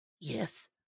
Yes